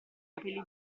capelli